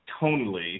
tonally